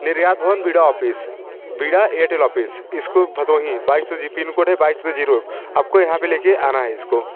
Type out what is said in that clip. निर्यात भवन B D O office BIDA Airtel office इसको भदोही बाईस सौ जी पिन कोड है बाईस सो ज़ीरो आप को यहाँ पर ले के आना है इसको